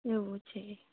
એવું છે